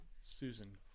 susan